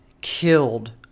killed